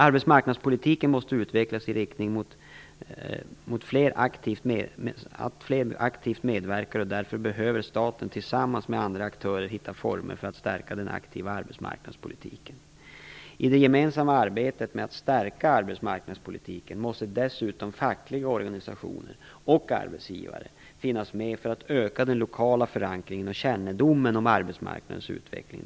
Arbetsmarknadspolitiken måste utvecklas i riktning mot att fler aktivt medverkar. Därför behöver staten tillsammans med andra aktörer finna former för att stärka den aktiva arbetsmarknadspolitiken. I det gemensamma arbetet med att stärka arbetsmarknadspolitiken måste dessutom fackliga organisationer och arbetsgivare finnas med för att öka den lokala förankringen och kännedomen om arbetsmarknadens utveckling.